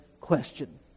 question